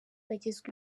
bagezwe